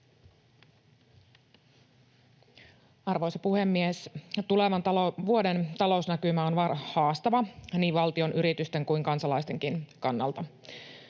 Arvoisa puhemies! Tulevan vuoden talousnäkymä on haastava niin valtion, yritysten kuin kansalaistenkin kannalta.